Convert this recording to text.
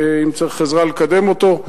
אם צריך עזרה לקדם אותו,